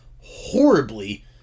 horribly